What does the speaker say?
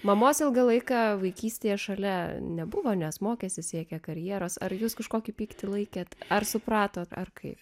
mamos ilgą laiką vaikystėje šalia nebuvo nes mokėsi siekia karjeros ar jūs kažkokį pyktį laikėte ar suprato ar kaip